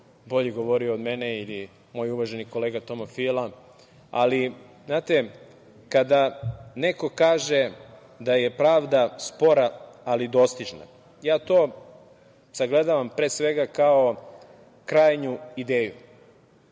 bolje govorio od mene i moj uvaženi kolega Toma Fila. Ali, znate, kada neko kaže da je pravda spora, ali dostižna, ja to sagledavam pre svega kao krajnju ideju.